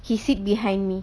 he sit behind me